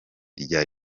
rya